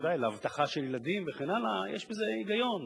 ודאי, לאבטחה של ילדים וכן הלאה, יש בזה היגיון.